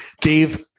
Dave